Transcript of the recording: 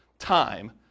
Time